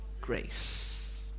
grace